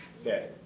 Okay